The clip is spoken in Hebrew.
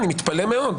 סליחה, אני מתפלא מאוד.